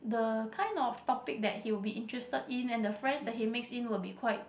the kind of topic that he will be interested in and the friends he mix in will be quite